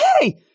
hey